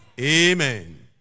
Amen